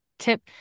tip